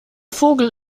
vogel